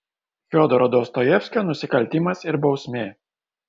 fiodoro dostojevskio nusikaltimas ir bausmė